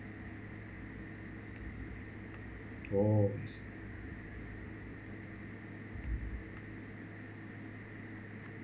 oh